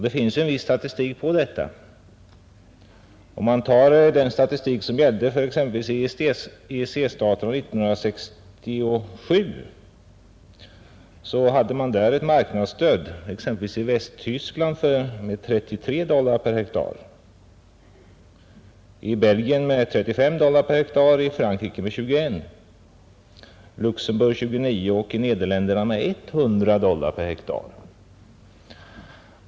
Det finns viss statistik över detta. I t.ex. den statistik som avser EEC-staterna år 1967 finner man att Västtyskland hade ett marknadsstöd på 33 dollar per hektar, Belgien på 35 dollar per hektar, Frankrike på 21 dollar per hektar, Luxemburg på 29 dollar per hektar och Nederländerna på 100 dollar per hektar.